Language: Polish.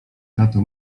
tato